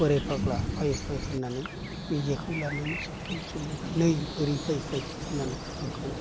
बोराय फाग्ला फै फै होननानै बे जेखौ लानानै सेख्लायाव सोलोंहोयो नै ओरै फै फै होननानै आंखौ